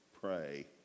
pray